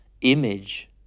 image